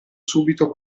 subito